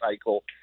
cycle